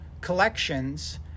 collections